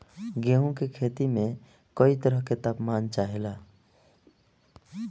गेहू की खेती में कयी तरह के ताप मान चाहे ला